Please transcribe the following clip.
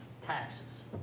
taxes